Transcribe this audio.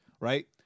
right